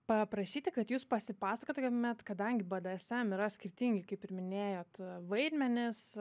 paprašyti kad jūs pasipasakotumėt kadangi bdsm yra skirtingi kaip ir minėjot vaidmenys